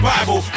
Bible